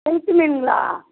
கெளுத்தி மீனுங்களா